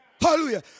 Hallelujah